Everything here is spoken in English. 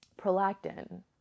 prolactin